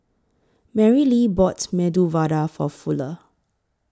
Marylee bought Medu Vada For Fuller